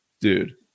dude